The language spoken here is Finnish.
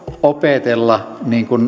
opetella